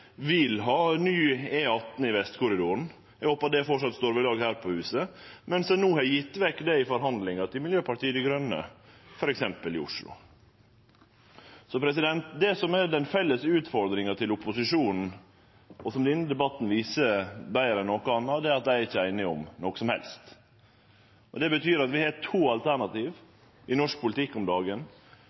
vil ha ny E18 i Vestkorridoren. Eg håper det framleis står ved lag her på huset, men ein har no gjeve det bort i forhandlingar med f.eks. Miljøpartiet Dei Grøne i Oslo. Det som er den felles utfordringa til opposisjonen, og som denne debatten viser betre enn noko anna, er at dei ikkje er einige om noko som helst. Det betyr at vi har to alternativ i norsk politikk om dagen: